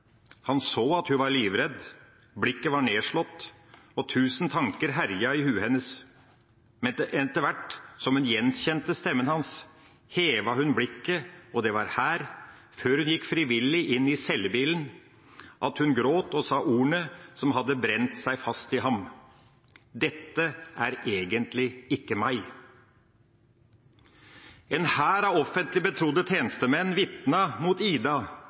Han så at hun var livredd, blikket var nedslått, og tusen tanker herjet i hodet hennes. Men etterhvert som hun gjenkjente stemmen hans, hevet hun blikket, og det var her – før hun gikk frivillig inn i cellebilen – at hun gråt og sa ordene som hadde brent seg fast i ham: «Dette er egentlig ikke meg.» En hær av offentlig betrodde tjenestemenn vitnet mot Ida